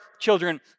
children